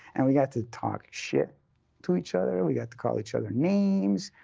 and we got to talk shit to each other. and we got to call each other names,